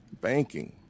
banking